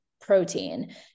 protein